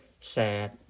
sad